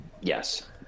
Yes